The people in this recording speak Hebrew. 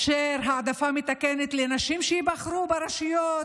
לאפשר העדפה מתקנת לנשים שייבחרו ברשויות,